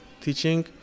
teaching